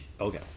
Okay